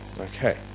Okay